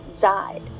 died